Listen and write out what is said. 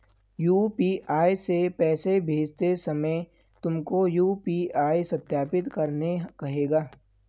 UPI से पैसे भेजते समय तुमको यू.पी.आई सत्यापित करने कहेगा